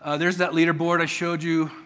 ah there's that leaderboard i showed you.